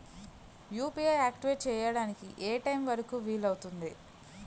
UPI activate చెయ్యడానికి ఏ time వరుకు వీలు అవుతుంది?